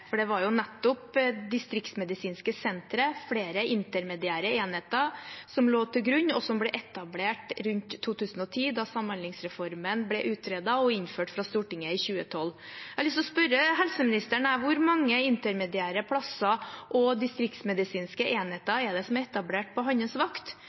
for det var jo nettopp distriktsmedisinske sentre og flere intermediære enheter som lå til grunn, og som ble etablert rundt 2010, da samhandlingsreformen ble utredet og innført av Stortinget i 2012. Jeg har lyst til å spørre helseministeren: Hvor mange intermediære plasser og distriktsmedisinske